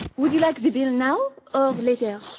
would you like the bill now or later?